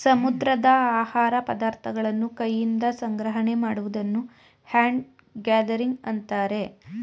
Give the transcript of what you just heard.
ಸಮುದ್ರದ ಆಹಾರ ಪದಾರ್ಥಗಳನ್ನು ಕೈಯಿಂದ ಸಂಗ್ರಹಣೆ ಮಾಡುವುದನ್ನು ಹ್ಯಾಂಡ್ ಗ್ಯಾದರಿಂಗ್ ಅಂತರೆ